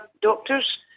doctors